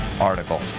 article